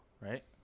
Right